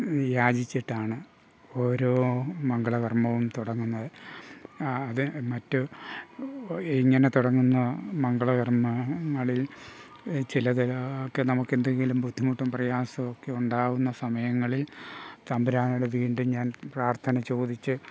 യാചിച്ചിട്ടാണ് ഓരോ മംഗളകർമ്മവും തുടങ്ങുന്നത് ആ അത് മറ്റ് ഇങ്ങനെ തുടങ്ങുന്ന മംഗളകർമ്മങ്ങളിൽ ചിലത് ഒക്കെ നമുക്ക് എന്തെങ്കിലും ബുദ്ധിമുട്ടും പ്രയാസമൊക്കെ ഉണ്ടാകുന്ന സമയങ്ങളിൽ തമ്പുരാനോട് വീണ്ടും ഞാൻ പ്രാർത്ഥന ചോദിച്ച്